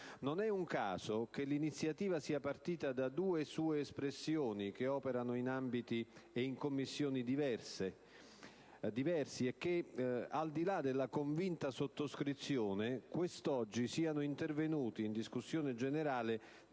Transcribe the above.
Non è un caso che l'iniziativa sia partita da due sue espressioni che operano in ambiti e in Commissioni diverse e che, al di là della convinta sottoscrizione, quest'oggi siano intervenuti in discussione generale